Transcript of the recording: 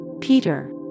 Peter